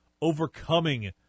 overcoming